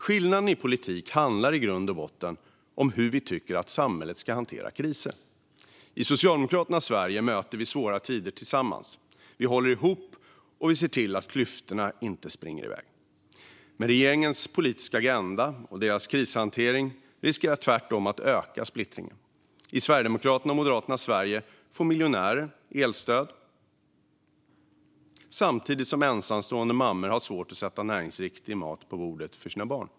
Skillnaden i politiken handlar i grund och botten om hur vi tycker att samhället ska hantera kriser. I Socialdemokraternas Sverige möter vi svåra tider tillsammans, vi håller ihop och vi ser till att klyftorna inte ökar. Men regeringens politiska agenda och krishantering riskerar tvärtom att öka splittringen. I Sverigedemokraternas och Moderaternas Sverige får miljonärer elstöd samtidigt som ensamstående mammor har svårt att sätta näringsriktig mat på bordet till sina barn.